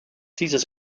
dieses